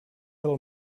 del